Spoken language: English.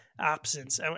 absence